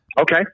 Okay